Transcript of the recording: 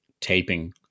taping